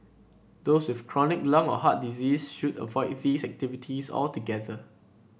those with chronic lung or heart disease should avoid these activities altogether